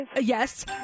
Yes